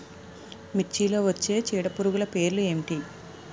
మిర్చిలో వచ్చే చీడపురుగులు పేర్లు ఏమిటి?